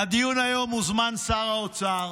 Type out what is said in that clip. לדיון היום הוזמן שר האוצר.